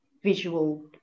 visual